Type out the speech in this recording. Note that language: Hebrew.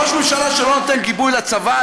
ראש ממשלה שלא נותן גיבוי לצבא,